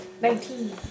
Nineteen